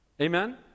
Amen